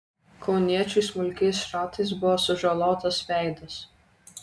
kauniečiui smulkiais šratais buvo sužalotas veidas